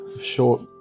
short